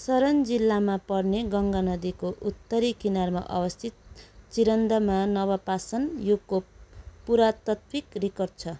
सरण जिल्लामा पर्ने गङ्गा नदीको उत्तरी किनारमा अवस्थित चिरन्दमा नवपाषाण युगको पुरातात्विक रेकर्ड छ